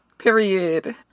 Period